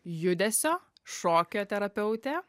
judesio šokio terapeutė